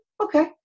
okay